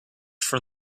from